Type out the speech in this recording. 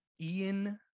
Ian